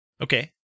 Okay